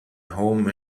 home